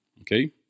Okay